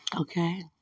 Okay